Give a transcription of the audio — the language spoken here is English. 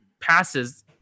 passes